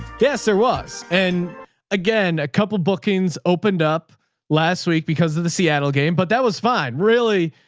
yes, there was. and again, a couple of bookings opened up last week because of the seattle game. but that was fine. really.